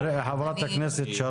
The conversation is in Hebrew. חברת הכנסת שרון,